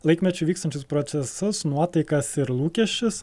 laikmečiu vykstančius procesus nuotaikas ir lūkesčius